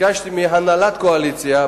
ביקשתי מהנהלת הקואליציה,